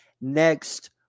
next